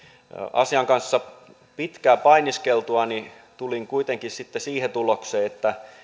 asian kanssa pitkään painiskeltuani tulin kuitenkin sitten siihen tulokseen että